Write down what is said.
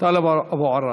טלב אבו עראר.